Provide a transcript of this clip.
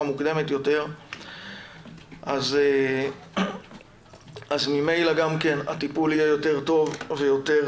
מוקדמת יותר אז ממילא גם כן הטיפול יהיה יותר טוב ויותר